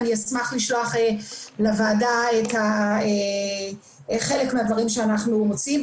אני אשמח לשלוח לוועדה חלק מהדברים שאנחנו עושים.